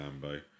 Lambo